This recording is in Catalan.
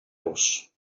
los